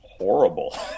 horrible